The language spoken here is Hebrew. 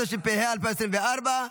התשפ"ה 2024,